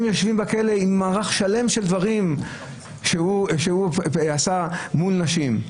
הם יושבים בכלא עם מערך שלם דברים שעשו מול נשים.